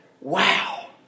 wow